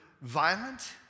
violent